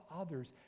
others